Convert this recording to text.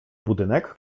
budynek